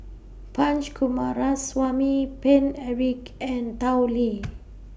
Punch Coomaraswamy Paine Eric and Tao Li